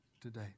today